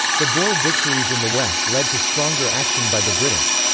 the boer victories in the west led to stronger action by the british.